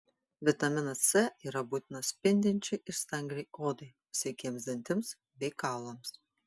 vitaminas c yra būtinas spindinčiai ir stangriai odai sveikiems dantims bei kaulams